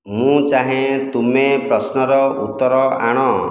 ମୁଁ ଚାହେଁ ତୁମେ ପ୍ରଶ୍ନର ଉତ୍ତର ଆଣ